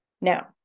Now